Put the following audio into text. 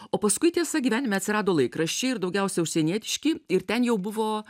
o paskui tiesa gyvenime atsirado laikraščiai ir daugiausia užsienietiški ir ten jau buvo